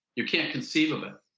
you can't conceive of it.